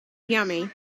yummy